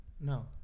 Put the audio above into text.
No